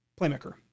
playmaker